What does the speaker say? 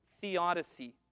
theodicy